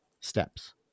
steps